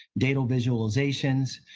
data visualizations,